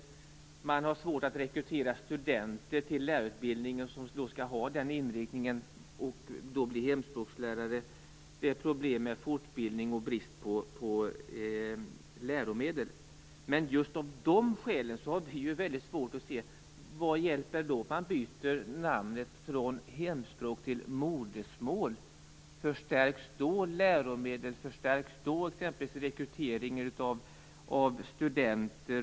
Vidare är det svårt att rekrytera studenter till lärarutbildning med den här inriktningen. Då blir det problem för hemspråkslärare med fortbildningen och bristen på läromedel. Men just av de skälen har vi väldigt svårt att se att det skulle hjälpa att byta namn, från benämningen hemspråk till benämningen modersmål. Förstärks det då på läromedelssidan och förstärks då exempelvis rekryteringen av studenter?